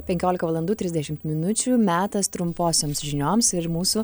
penkiolika valandų trisdešimt minučių metas trumposioms žinioms ir mūsų